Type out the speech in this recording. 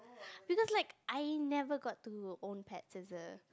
because like I never got to own pets as a